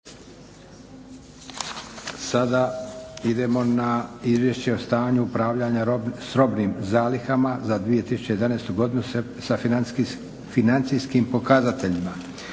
Sada idemo na: - Izvješće o stanju i upravljanju s robnim zalihama za 2011. godinu s financijskim pokazateljima